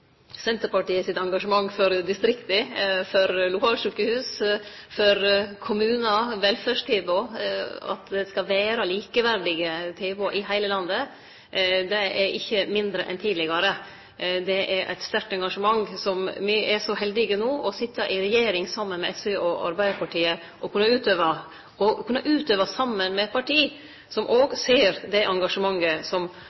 Senterpartiet sitt engasjement for distrikta, for lokalsjukehusa, for kommunane – at det skal vere likeverdige velferdstilbod i heile landet – er ikkje mindre enn tidlegare. Det er eit sterkt engasjement som me er så heldige no å sitje i regjering saman med SV og Arbeidarpartiet å kunne utøve, saman med parti som òg ser det engasjementet som